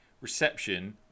reception